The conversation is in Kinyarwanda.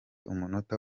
umunota